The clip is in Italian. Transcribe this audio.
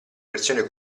versione